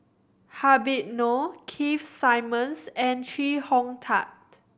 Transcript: Habib Noh Keith Simmons and Chee Hong Tat